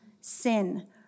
sin